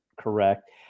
correct